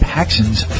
Paxson's